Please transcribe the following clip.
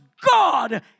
God